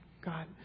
God